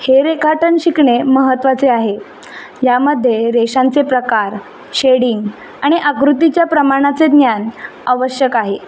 हे रेखाटन शिकणे महत्त्वाचे आहे यामध्ये रेशांचे प्रकार शेडिंग आणि आकृतीच्या प्रमाणाचे ज्ञान आवश्यक आहे